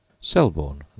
Selborne